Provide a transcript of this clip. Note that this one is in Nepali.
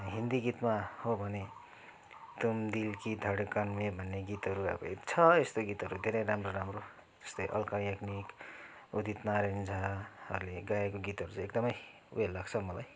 हिन्दी गीतमा हो भने तुम दिल की धडकन में भन्ने गीतहरू अब छ यस्तो गीतहरू धेरै राम्रो राम्रो यस्तै अल्का याग्निक उदित नारायण झाहरूले गाएको गीतहरू चाहिँ एकदमै उयो लाग्छ हौ मलाई